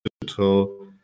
digital